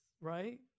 right